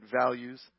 values